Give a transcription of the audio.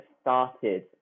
started